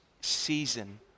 season